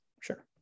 Sure